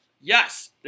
Yes